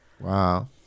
Wow